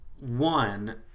One